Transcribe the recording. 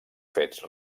fets